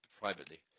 privately